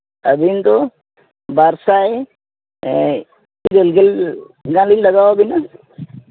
ᱟᱹᱵᱤᱱ ᱫᱚ ᱵᱟᱨ ᱥᱟᱭ ᱤᱨᱟᱹᱞ ᱜᱮᱞ ᱦᱟᱸᱜ ᱞᱤᱧ ᱞᱟᱜᱟᱣ ᱵᱤᱱᱟ